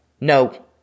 No